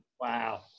Wow